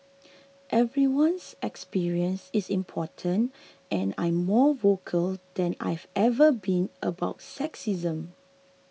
everyone's experience is important and I'm more vocal than I've ever been about sexism